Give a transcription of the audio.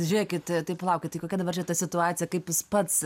žiūrėkit tai palaukit tai kokia dabar šita situacija kaip jūs pats